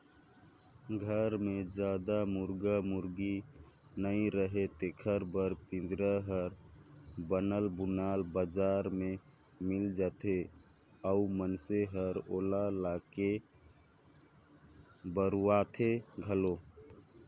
घर मे जादा मुरगा मुरगी नइ रहें तेखर बर पिंजरा हर बनल बुनाल बजार में मिल जाथे अउ मइनसे ह ओला लाके बउरथे घलो